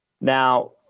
Now